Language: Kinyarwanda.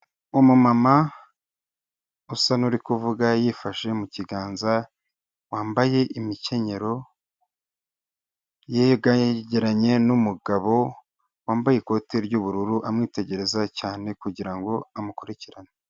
Umumama usa nk'uri kuvuga yifashe mu kiganza wambaye imikenyero yegeranye n'umugabo wambaye ikote ry'ubururu amwitegereza cyane kugira ngo amukurikirane.